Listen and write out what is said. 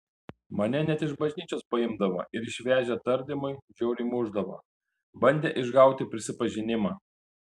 mane net iš bažnyčios paimdavo ir išvežę tardymui žiauriai mušdavo bandė išgauti prisipažinimą